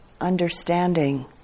understanding